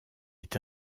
est